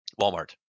Walmart